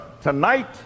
tonight